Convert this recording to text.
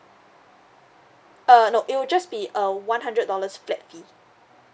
uh no it will just be a one hundred dollars flat fee